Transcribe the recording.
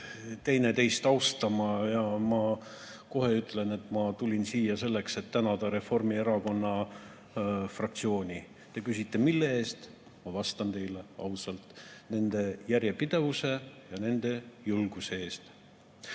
teineteist austama. Ja kohe ütlen, et ma tulin siia selleks, et tänada Reformierakonna fraktsiooni. Te küsite, mille eest. Ma vastan teile ausalt: nende järjepidevuse ja julguse eest. Paar